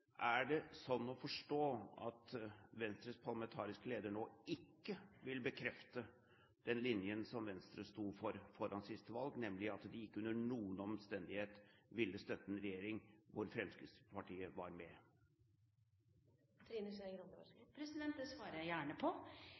Er det slik å forstå at Venstres parlamentariske leder nå ikke vil bekrefte den linjen som Venstre sto for foran siste valg, nemlig at de ikke under noen omstendighet ville støtte en regjering hvor Fremskrittspartiet var med? Det svarer jeg gjerne på. For Venstre er det